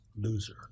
Loser